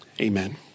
Amen